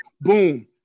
Boom